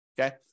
Okay